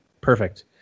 Perfect